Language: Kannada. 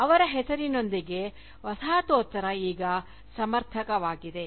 ಅವರ ಹೆಸರಿನೊಂದಿಗೆ ವಸಾಹತೋತ್ತರ ಈಗ ಸಮಾನಾರ್ಥಕವಾಗಿದೆ